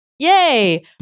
Yay